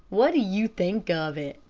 what do you think of it?